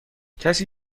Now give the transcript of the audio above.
کسی